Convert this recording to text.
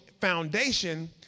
foundation